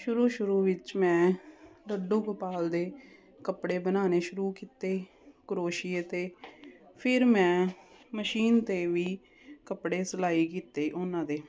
ਸ਼ੁਰੂ ਸ਼ੁਰੂ ਵਿੱਚ ਮੈਂ ਲੱਡੂ ਗੋਪਾਲ ਦੇ ਕੱਪੜੇ ਬਣਾਉਣੇ ਸ਼ੁਰੂ ਕੀਤੇ ਕਰੋਸ਼ੀਏ ਅਤੇ ਫਿਰ ਮੈਂ ਮਸ਼ੀਨ 'ਤੇ ਵੀ ਕੱਪੜੇ ਸਿਲਾਈ ਕੀਤੇ ਉਹਨਾਂ ਦੇ